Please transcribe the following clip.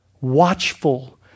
watchful